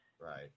Right